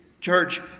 church